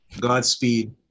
Godspeed